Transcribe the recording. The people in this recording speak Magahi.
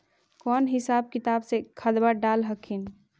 कौन हिसाब किताब से खदबा डाल हखिन?